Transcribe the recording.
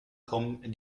kommen